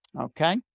okay